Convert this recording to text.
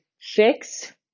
fix